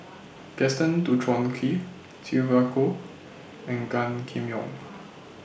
Gaston Dutronquoy Sylvia Kho and Gan Kim Yong